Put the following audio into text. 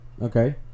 Okay